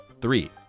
three